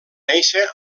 néixer